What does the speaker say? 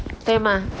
对吗